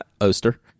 Oster